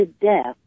death